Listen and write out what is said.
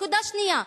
נקודה שנייה,